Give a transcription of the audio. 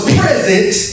present